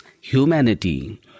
humanity